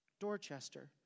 Dorchester